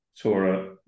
Torah